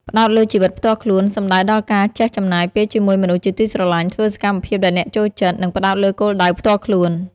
ផ្តោតលើជីវិតផ្ទាល់ខ្លួន សំដៅដល់ការចេះចំណាយពេលជាមួយមនុស្សជាទីស្រឡាញ់ ធ្វើសកម្មភាពដែលអ្នកចូលចិត្ត និងផ្តោតលើគោលដៅផ្ទាល់ខ្លួន។